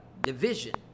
division